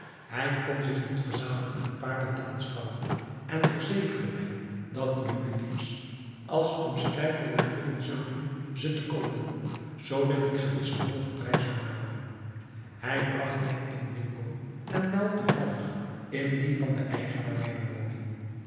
hij kon zich niet verzadigen de paarlen te aanschouwen en verzekerde mij dat de juweliers als om strijd er naar dingen zouden ze te koopen zoodat ik gewis een hoogen prijs zou maken hij bragt mij in een winkel en wel toevallig in dien van den eigenaar mijner woning